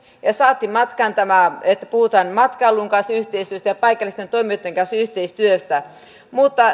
ja saatiin matkaan tämä että puhutaan matkailun kanssa yhteistyöstä ja paikallisten toimijoiden kanssa yhteistyöstä mutta